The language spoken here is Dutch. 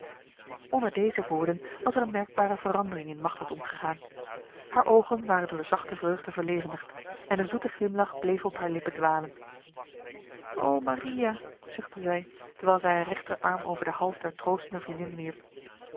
onder deze woorden was er een merkbare verandering in machteld omgegaan haar ogen waren door zachte vreugde verlevendigd en een zoete glimlach bleef op haar lippen dwalen o maria zuchtte zij terwijl zij haar rechterarm over de hals der troostende vriendin wierp